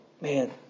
Man